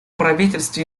правительств